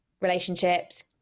relationships